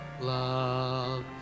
love